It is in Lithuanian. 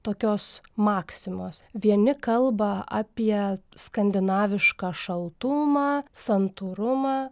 tokios maksimos vieni kalba apie skandinavišką šaltumą santūrumą